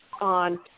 on